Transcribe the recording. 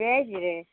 veg रे